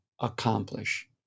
accomplish